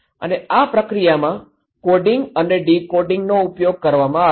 અને આ પ્રક્રિયામાં કોડિંગ અને ડીકોડિંગનો ઉપયોગ કરવામાં આવે છે